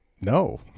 No